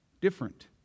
different